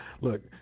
Look